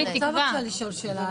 אני רוצה לשאול שאלה.